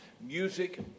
music